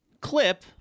clip